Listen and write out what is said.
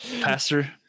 Pastor